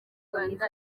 rwanda